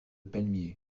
palmiers